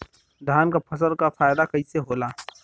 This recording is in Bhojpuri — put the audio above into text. धान क फसल क फायदा कईसे होला?